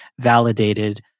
validated